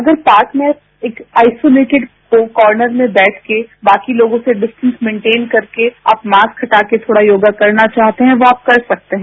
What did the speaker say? अगर पार्क में जाके एक आइस्यूलेटिड कार्नर में बैठकर बाकी लोगों से डिस्टेंस मेनटेन करके आप मास्क हटाकर थोड़ा योगा करना चाहते हैं वो आप कर सकते हैं